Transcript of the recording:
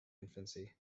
infancy